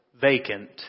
vacant